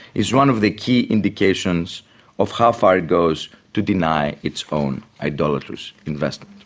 is one of the key indications of how far it goes to deny its own idolatrous investment.